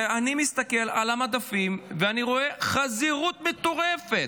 ואני מסתכל על המדפים ואני רואה חזירות מטורפת.